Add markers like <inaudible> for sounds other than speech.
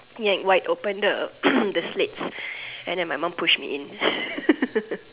yanked wide open the <coughs> the slates and then my mom pushed me in <laughs>